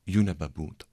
jų nebebūtų